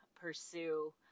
pursue